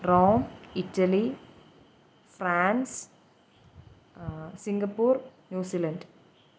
Rome Italy France Singapore New Zealand